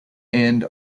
and